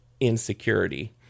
insecurity